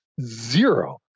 zero